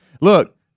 look